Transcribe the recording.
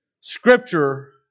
Scripture